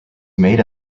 made